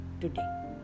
today